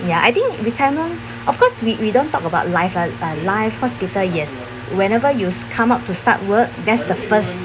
ya I think retirement of course we we don't talk about life ah uh life hospital yes whenever you come out to start work that's the first